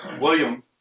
William